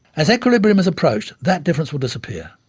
as equilibrium is approached that difference will disappear.